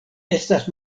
estas